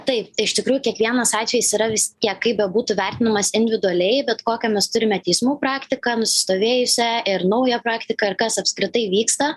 taip iš tikrųjų kiekvienas atvejis yra vis tiek kaip bebūtų vertinamas individualiai bet kokią mes turime teismų praktiką nusistovėjusią ir naują praktiką ir kas apskritai vyksta